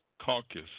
caucus